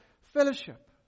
fellowship